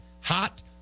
hot